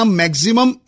maximum